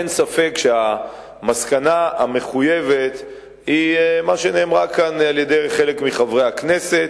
אין ספק שהמסקנה המחויבת היא מה שאמר כאן חלק מחברי הכנסת,